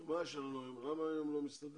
חבר בוועדת ההנהלה של ארגון ההייטק הישראלי